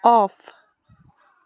off